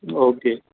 okay